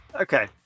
Okay